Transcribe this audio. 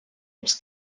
was